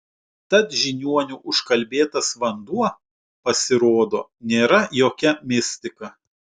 tad žiniuonių užkalbėtas vanduo pasirodo nėra jokia mistika